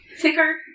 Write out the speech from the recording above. thicker